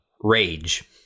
Rage